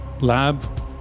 lab